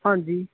ਹਾਂਜੀ